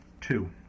Two